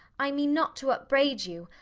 i mean not to upbraid you,